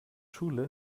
schule